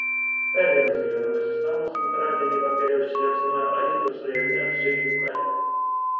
dar vienas gyvenamasis namas antradienį vakare užsiliepsnojo alytaus rajone zailių kaime